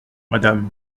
madame